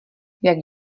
jak